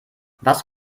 was